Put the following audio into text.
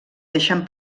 deixen